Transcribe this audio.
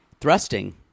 thrusting